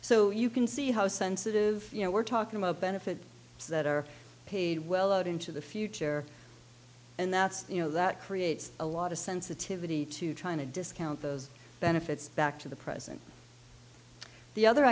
so you can see how sensitive you know we're talking about benefits that are paid well out into the future and that's you know that creates a lot of sensitivity to trying to discount those benefits back to the present the other